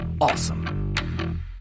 awesome